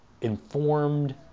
informed